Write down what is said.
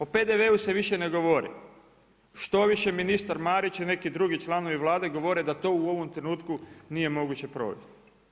O PDV-u se više ne govori, štoviše ministar Marić i neki drugi članovi Vlade govore da to u ovom trenutku nije moguće provesti.